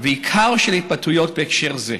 ועיקר של התבטאויות בהקשר הזה.